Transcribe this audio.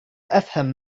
أفهم